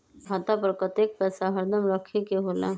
खाता पर कतेक पैसा हरदम रखखे के होला?